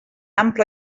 ampla